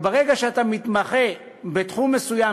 אבל ברגע שאתה מתמחה בתחום מסוים,